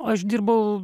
aš dirbau